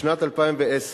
בשנת 2010,